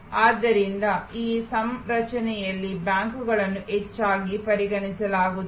ಆದ್ದರಿಂದ ಈ ಸಂರಚನೆಯಲ್ಲಿ ಬ್ಯಾಂಕುಗಳನ್ನು ಹೆಚ್ಚಾಗಿ ಪರಿಗಣಿಸಲಾಗುತ್ತದೆ